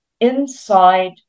inside